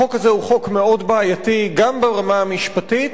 החוק הזה הוא חוק מאוד בעייתי גם ברמה המשפטית,